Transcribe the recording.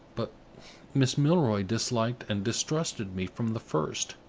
but miss milroy disliked and distrusted me from the first.